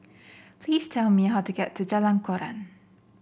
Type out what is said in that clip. please tell me how to get to Jalan Koran